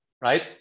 right